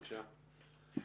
בבקשה,